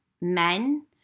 men